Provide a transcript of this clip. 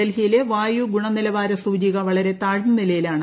ഡൽഹിയിലെ വായു ഗുണനിലവാര സൂചി വളരെ താഴ്ന്ന നിലയിലാണ്